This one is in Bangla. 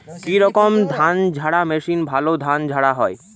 কি রকম ধানঝাড়া মেশিনে ভালো ধান ঝাড়া হয়?